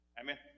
Amen